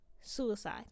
suicide